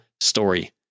story